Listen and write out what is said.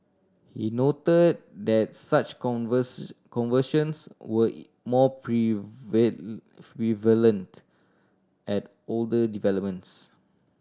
he noted that such conversions were more prevalent at older developments